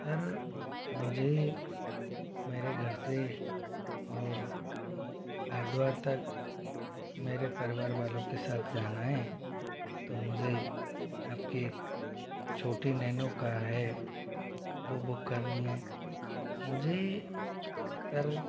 sir मुझे मेरे घर से और हरिद्वार तक मेरे परिवार वालों के साथ जाना है तो मुझे आपके छोटी नैनो कार है वो बुक करनी है मुझे सर